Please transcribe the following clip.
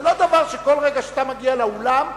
זה לא דבר שבכל רגע שאתה מגיע לאולם,